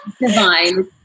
divine